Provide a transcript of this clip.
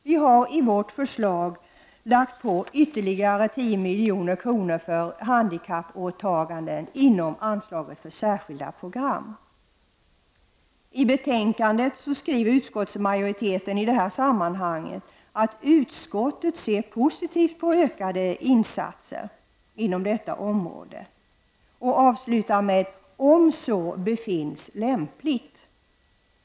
Vi har i vårt i förslag lagt på ytterligare 10 milj.kr. för handikappåtaganden inom anslaget för särskilda program. I betänkandet skriver utskottsmajoriteten i det här sammanhanget att: ”Utskottet ser positivit på utökade insatser inom detta område ———-”, och man avslutar med att säga ”om så befinns lämpligt”.